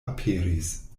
aperis